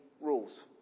rules